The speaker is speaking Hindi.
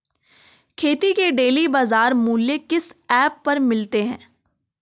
खेती के डेली बाज़ार मूल्य किस ऐप पर मिलते हैं?